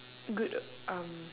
good um